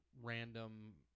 random